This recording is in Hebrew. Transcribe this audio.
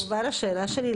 אבל תהיה לך תשובה לשאלה שלי,